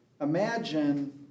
imagine